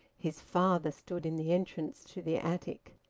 his father stood in the entrance to the attic.